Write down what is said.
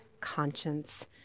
conscience